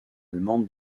allemande